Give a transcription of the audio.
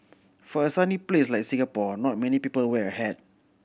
for a sunny place like Singapore not many people wear a hat